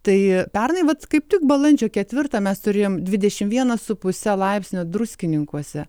tai pernai vat kaip tik balandžio ketvirtą mes turėjom dvidešim vieną su puse laipsnio druskininkuose